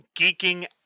geeking